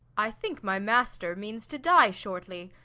i think my master means to die shortly,